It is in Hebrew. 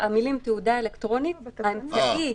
המילים "תעודה אלקטרונית" האמצעי,